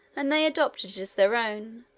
and they adopted it as their own,